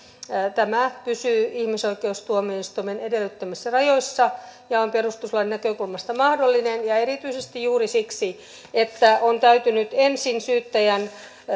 tämä pysyy ihmisoikeustuomioistuimen edellyttämissä rajoissa ja on perustuslain näkökulmasta mahdollinen ja erityisesti juuri siksi että on täytynyt ensin syyttäjän